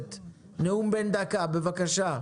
בבקשה.